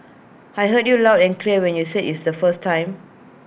I heard you loud and clear when you said IT the first time